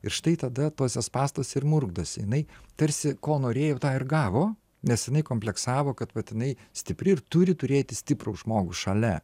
ir štai tada tuose spąstuose ir murkdosi jinai tarsi ko norėjo tą ir gavo nes jinai kompleksavo kad jinai stipri ir turi turėti stiprų žmogų šalia